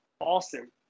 awesome